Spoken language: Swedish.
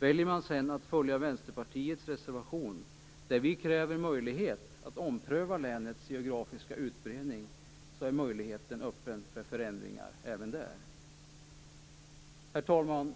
Väljer man sedan att följa Vänsterpartiets reservation, där vi kräver möjlighet att ompröva länets geografiska utbredning, är möjligheten öppen för förändringar även där. Herr talman!